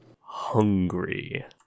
Hungry